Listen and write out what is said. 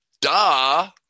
duh